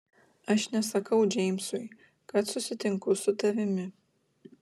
aš nesakau džeimsui kad susitinku su tavimi